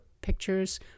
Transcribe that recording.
pictures